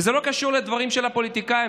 זה לא קשור לדברים של הפוליטיקאים,